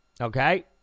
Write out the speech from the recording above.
okay